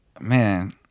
Man